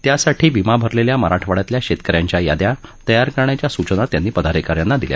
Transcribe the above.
त्यासाठी विमा भरलेल्या मराठवाइयातल्या शेतकऱ्यांच्या यादया तयार करण्याच्या सुचना त्यांनी पदाधिकाऱ्यांना दिल्या